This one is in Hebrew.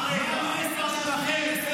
אנא ממך.